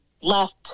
left